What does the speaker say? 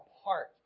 apart